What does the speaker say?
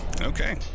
Okay